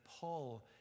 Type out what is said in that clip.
Paul